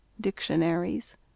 Dictionaries